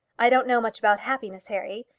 i don't know much about happiness, harry.